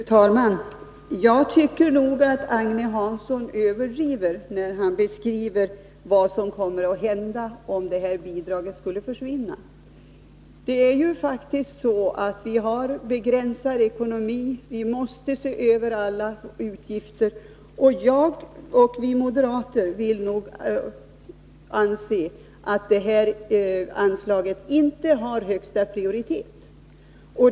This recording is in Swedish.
Fru talman! Jag tycker att Agne Hansson överdriver när han beskriver vad som kommer att hända om bidragen till allmänna samlingslokaler skulle försvinna. Vi har faktiskt begränsad ekonomi, vi måste se över alla utgifter, och vi moderater anser att det här anslaget inte har högsta prioritet.